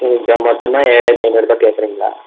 ம் இப்போ மொத்தமாக ஏழாயிரத்து ஐநூரு ரூபா கேட்குறிங்களா